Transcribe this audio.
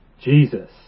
Jesus